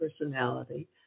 personality